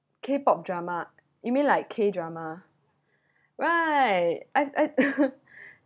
K pop drama you mean like K drama right I I